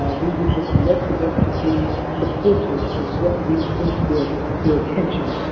ah we will just look for them to be supportive of what we bring to their their attention.